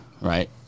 right